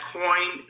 coin